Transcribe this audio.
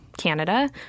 Canada